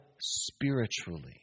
spiritually